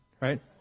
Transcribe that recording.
right